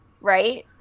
right